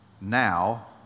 now